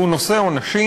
והוא נושא עונשים,